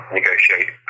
negotiate